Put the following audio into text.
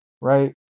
right